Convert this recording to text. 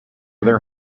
their